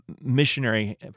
missionary